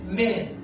men